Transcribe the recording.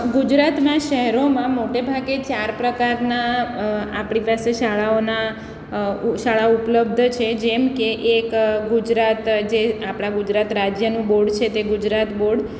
ગુજરાતમાં શહેરોમાં મોટે ભાગે ચાર પ્રકારના આપણી પાસે શાળાઓના શાળા ઉપલબ્ધ છે જેમ કે એક ગુજરાત જે આપણા ગુજરાત રાજ્યનું બોર્ડ છે તે ગુજરાત બોર્ડ